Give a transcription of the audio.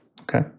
Okay